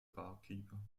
barkeeper